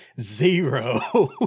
zero